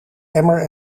emmer